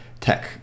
tech